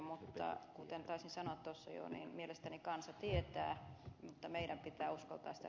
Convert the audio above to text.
mutta kuten taisin sanoa tuossa jo mielestäni kansa tietää mutta meidän pitää uskoa tästä